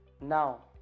Now